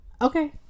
Okay